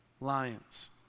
lions